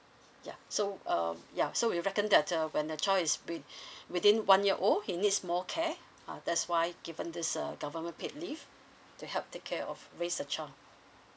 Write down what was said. ya so um ya so we reckon that uh when the child is with within one year old he needs more care ah that's why given this uh government paid leave to help take care of raise the child